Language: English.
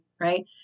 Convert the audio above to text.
right